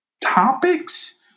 topics